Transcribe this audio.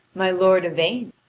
my lord yvain,